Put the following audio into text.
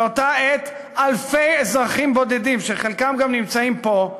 באותה עת אלפי אזרחים בודדים, שחלקם גם נמצאים פה,